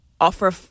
offer